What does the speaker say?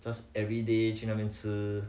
just everyday 去那边吃